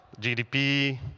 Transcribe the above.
gdp